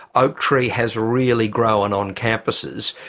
oaktree has really grown on campuses.